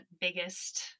biggest